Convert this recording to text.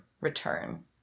return